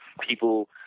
people